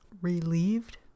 relieved